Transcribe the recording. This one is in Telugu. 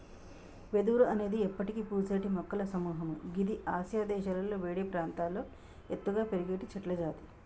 వెదురు అనేది ఎప్పటికి పూసేటి మొక్కల సముహము గిది ఆసియా దేశాలలో వేడి ప్రాంతాల్లో ఎత్తుగా పెరిగేటి చెట్లజాతి